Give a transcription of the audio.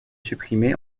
supprimé